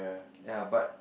ya but